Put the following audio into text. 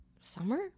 summer